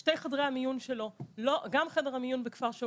שני חדרי המיון שלו גם חדר המיון בכפר שאול